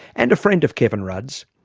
and a friend of kevin rudd's,